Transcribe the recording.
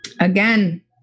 Again